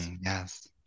yes